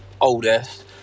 oldest